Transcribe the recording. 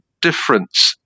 difference